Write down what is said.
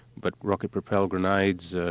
but rocket-propelled grenades, ah